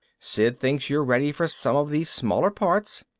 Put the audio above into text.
sid thinks you're ready for some of the smaller parts.